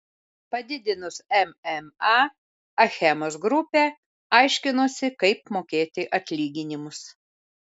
padidinus mma achemos grupė aiškinosi kaip mokėti atlyginimus